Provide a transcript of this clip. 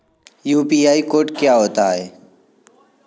UPI code क्या होता है?